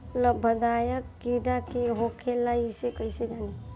लाभदायक कीड़ा भी होखेला इसे कईसे जानी?